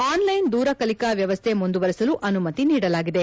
online ದೂರ ಕಲಿಕಾ ವ್ಯವಸ್ಥೆ ಮುಂದುವರಿಸಲು ಅನುಮತಿ ನೀಡಲಾಗಿದೆ